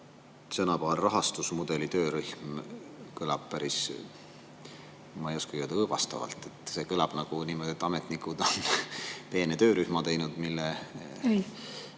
sõnapaar "rahastusmudeli töörühm" kõlab päris, ma ei oskagi öelda, õõvastavalt. Kõlab nagu niimoodi, et ametnikud on peene töörühma teinud, mille